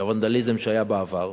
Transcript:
והוונדליזם שהיו בעבר.